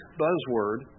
buzzword